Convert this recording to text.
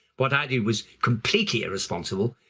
what i did was completely irresponsible,